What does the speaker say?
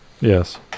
Yes